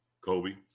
Kobe